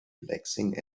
relaxing